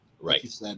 Right